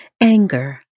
Anger